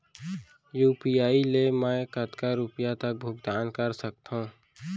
UPI ले मैं कतका रुपिया तक भुगतान कर सकथों